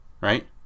right